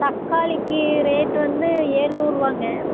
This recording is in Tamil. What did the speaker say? தக்காளிக்கு ரேட் வந்து ஏழ்நூறுரூவாங்க